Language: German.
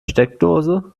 steckdose